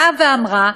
באה ואמרה: